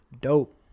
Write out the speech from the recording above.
Dope